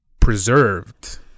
preserved